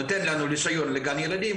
נותן לנו רישיון לגן ילדים,